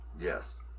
Yes